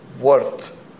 worth